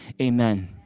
amen